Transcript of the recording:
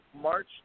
March